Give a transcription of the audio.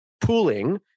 pooling